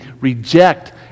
reject